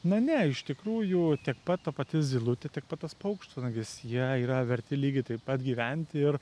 na ne iš tikrųjų tiek pat ta pati zylutė tiek pat tas paukštvanagis jie yra verti lygiai taip pat gyventi ir